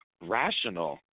rational